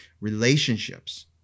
relationships